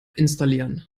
installieren